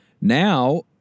now